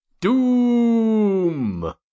Doom